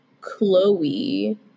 Chloe